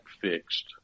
fixed